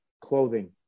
clothing